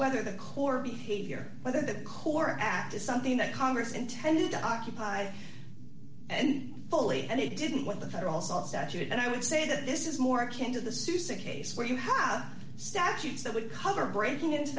whether the core behavior whether the core act is something that congress intended to occupy and fully and he didn't want the federal assault statute and i would say that this is more akin to the susa case where you have statutes that would cover breaking into